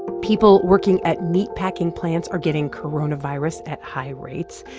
people working at meatpacking plants are getting coronavirus at high rates.